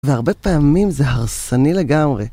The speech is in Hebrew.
והרבה פעמים זה הרסני לגמרי.